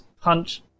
punch